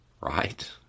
right